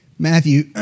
Matthew